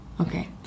Okay